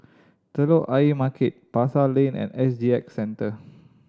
Telok Ayer Market Pasar Lane and S G X Centre